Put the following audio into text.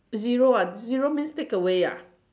zero ah zero means take away ah